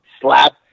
slap